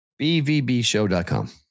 BVBShow.com